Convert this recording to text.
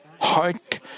heart